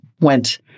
went